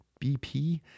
BP